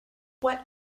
what